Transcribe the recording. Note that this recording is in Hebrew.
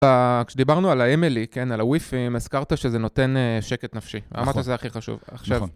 כשדיברנו על ה-MLE, כן, על הוויפים, הזכרת שזה נותן שקט נפשי. אמרת שזה הכי חשוב. עכשיו...